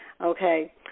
Okay